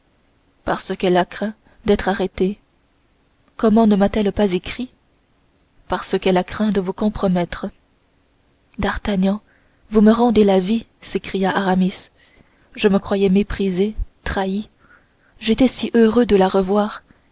parce qu'elle a craint d'être arrêtée comment ne m'a-t-elle pas écrit parce qu'elle craint de vous compromettre d'artagnan vous me rendez la vie s'écria aramis je me croyais méprisé trahi j'étais si heureux de la revoir